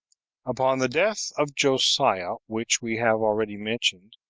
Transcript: upon the death of josiah, which we have already mentioned,